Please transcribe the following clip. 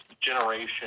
generation